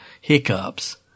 hiccups